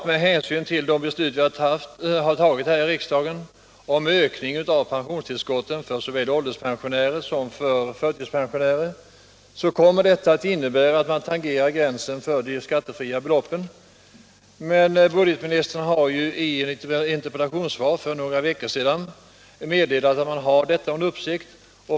Med hänsyn till de beslut vi har tagit här i riksdagen om ökning av pensionstillskotten för såväl ålderspensionärer som för förtidspensionärer kommer det att innebära att man tangerar gränsen för de skattefria beloppen. Men budgetministern har i interpellationssvar för några veckor sedan meddelat att man har detta under uppsikt.